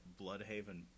Bloodhaven